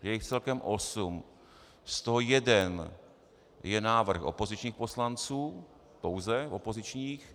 Je jich celkem osm, z toho jeden je návrh opozičních poslanců, pouze opozičních.